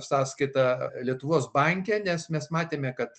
sąskaitą lietuvos banke nes mes matėme kad